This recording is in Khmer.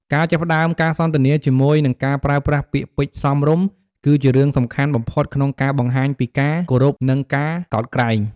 ការចាប់ផ្ដើមការសន្ទនាជាមួយនឹងការប្រើប្រាស់ពាក្យពេចន៍សមរម្យ គឺជារឿងសំខាន់បំផុតក្នុងការបង្ហាញពី ការគោរព និង ការកោតក្រែង។